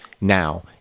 Now